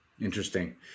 Interesting